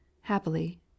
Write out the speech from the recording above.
Happily